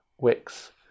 Wix